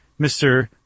Mr